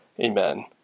Amen